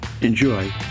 enjoy